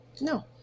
no